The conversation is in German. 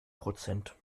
prozent